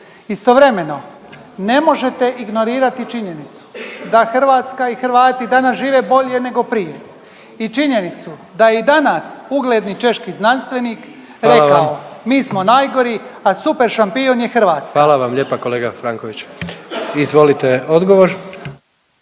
Istovremeno ne možete ignorirati činjenicu da Hrvatska i Hrvati danas žive bolje nego prije i činjenicu da je i danas ugledni češki znanstvenik rekao…/Upadica predsjednik: Hvala vam./…mi smo najgori, a super šampion je Hrvatska. **Jandroković, Gordan (HDZ)** Hvala vam lijepa kolega Frankoviću. Izvolite odgovor.